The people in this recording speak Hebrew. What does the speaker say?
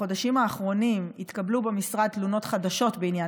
בחודשים האחרונים התקבלו במשרד תלונות חדשות בעניין